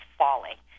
falling